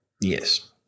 yes